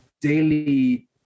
daily